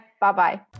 Bye-bye